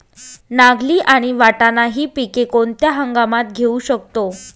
नागली आणि वाटाणा हि पिके कोणत्या हंगामात घेऊ शकतो?